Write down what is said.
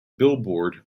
billboard